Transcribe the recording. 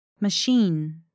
Machine